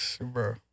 bro